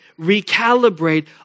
recalibrate